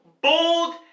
bold